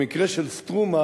במקרה של "סטרומה",